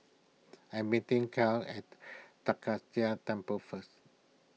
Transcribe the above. I am meeting Caryn at Tai Kak Seah Temple first